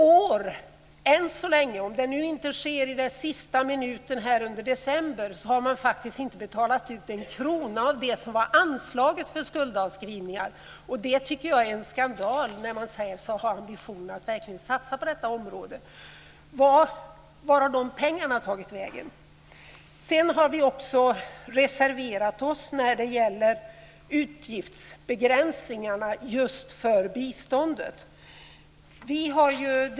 I år än så länge, om det inte sker i sista minuten under december, har man inte betalat en krona av det som var anslaget för skuldavskrivningar. Det tycker jag är en skandal när man säger sig vilja ha ambitionen att verkligen satsa på detta område. Var har de pengarna tagit vägen? Sedan har vi också reserverat oss när det gäller utgiftsbegränsningarna just för biståndet.